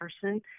person